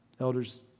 Elders